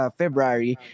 february